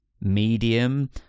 medium